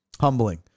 humbling